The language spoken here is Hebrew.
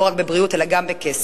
לא רק בבריאות אלא גם בכסף.